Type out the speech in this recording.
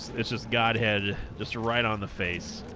it's just godhead just right on the face